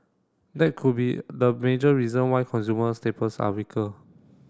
that could be the major reason why consumer staples are weaker